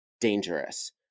dangerous